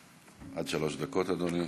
עד שלוש דקות, אדוני.